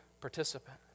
participant